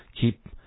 keep